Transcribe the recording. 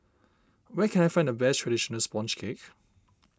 where can I find the best Traditional Sponge Cake